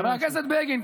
חבר הכנסת בגין,